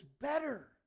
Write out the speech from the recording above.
better